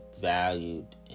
valued